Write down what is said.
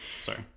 Sorry